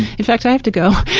in fact i have to go!